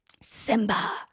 Simba